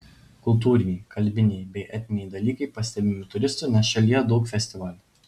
kultūriniai kalbiniai bei etniniai dalykai pastebimi turistų nes šalyje daug festivalių